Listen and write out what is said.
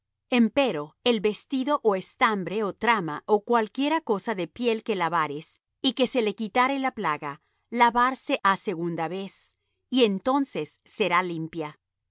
plaga empero el vestido ó estambre ó trama ó cualquiera cosa de piel que lavares y que se le quitare la plaga lavarse ha segunda vez y entonces será limpia